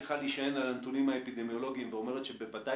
היא צריכה להישען על הנתונים האפידמיולוגיים שבוודאי